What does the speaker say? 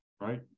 Right